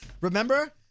Remember